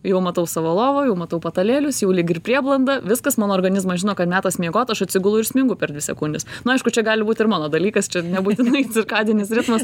jau matau savo lovą jau matau patalėlius jau lyg ir prieblanda viskas mano organizmas žino kad metas miegot aš atsigulu ir smingu per dvi sekundes nu aišku čia gali būt ir mano dalykas čia nebūtinai cirkadinis ritmas